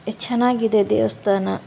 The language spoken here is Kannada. ಎಷ್ಟು ಚೆನ್ನಾಗಿದೆ ದೇವಸ್ಥಾನ